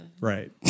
Right